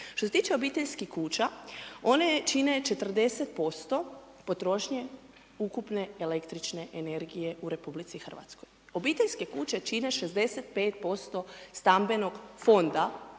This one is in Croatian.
Što se tiče obiteljskih kuća, one čine 40% potrošnje ukupne električne energije u Republici Hrvatskoj. Obiteljske kuće čine 65% stambenog fonda